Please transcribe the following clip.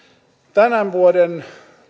tämän vuoden